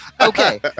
Okay